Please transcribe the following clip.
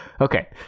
Okay